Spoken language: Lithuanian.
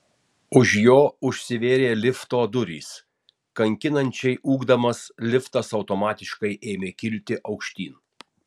už jo užsivėrė lifto durys kankinančiai ūkdamas liftas automatiškai ėmė kilti aukštyn